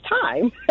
time